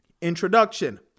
Introduction